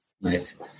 Nice